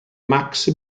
max